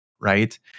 right